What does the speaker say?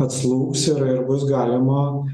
atslūgs ir ir bus galima